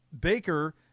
Baker